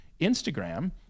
instagram